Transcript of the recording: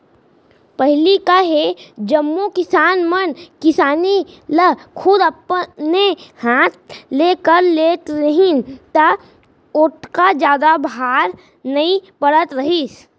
पहिली का हे जम्मो किसान मन किसानी ल खुद अपने हाथ ले कर लेत रहिन त ओतका जादा भार नइ पड़त रहिस